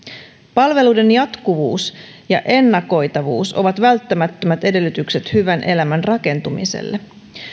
palveluiden jatkuvuus ja ennakoitavuus ovat välttämättömät edellytykset hyvän elämän rakentumiselle